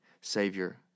Savior